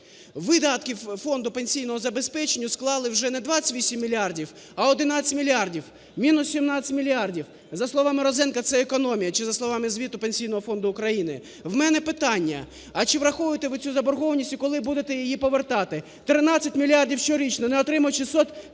Видатки Фонду пенсійного забезпечення склали вже не 28 мільярдів, а 11 мільярдів. Мінус 17 мільярдів. За словами Розенка, це економія. Чи за словами звіту Пенсійного фонду України. В мене питання. А чи враховуєте ви цю заборгованість і коли будете її повертати? 13 мільярдів щорічно не отримують 600